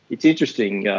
it's interesting,